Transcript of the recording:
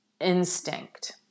instinct